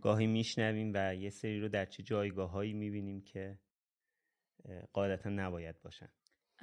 گاهی می‌شنویم و یه سری رو در چه جایگاه‌هایی می‌بینیم که، اه، قاعدتاً نباید باشن.